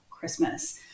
Christmas